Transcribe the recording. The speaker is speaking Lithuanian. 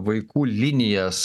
vaikų linijas